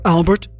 Albert